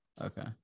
Okay